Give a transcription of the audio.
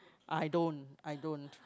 I don't I don't